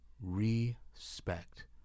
respect